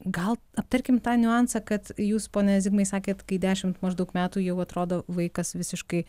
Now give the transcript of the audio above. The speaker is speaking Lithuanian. gal aptarkim tą niuansą kad jūs pone zigmai sakėt kai dešimt maždaug metų jau atrodo vaikas visiškai